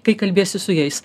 kai kalbiesi su jais